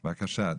בבקשה.